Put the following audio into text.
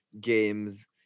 games